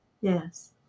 Yes